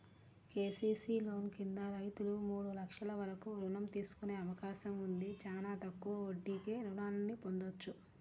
KCC loan కింద రైతులు మూడు లక్షల వరకు రుణం తీసుకునే అవకాశం ఉంది, చానా తక్కువ వడ్డీకే రుణాల్ని పొందొచ్చు